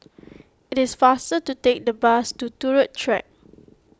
it is faster to take the bus to Turut Track